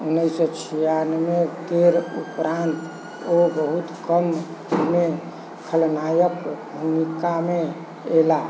उन्नैस सए छियानवे केर उपरान्त ओ बहुत कम फिल्ममे खलनायकक भूमिकामे अयलाह